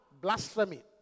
blasphemy